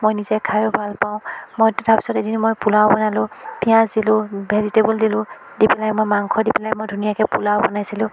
মই নিজে খাইও ভাল পাওঁ মই তাৰ পিছত এদিন মই পোলাও বনালোঁ পিঁয়াজ দিলোঁ ভেজিটেবল দিলোঁ দি পেলাই মই মাংস দি পেলাই মই ধুনীয়াকৈ পোলাও বনাইছিলোঁ